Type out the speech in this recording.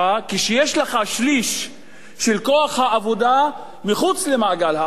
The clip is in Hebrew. כשיש לך שליש של כוח העבודה מחוץ למעגל העבודה?